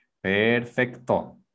perfecto